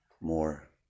more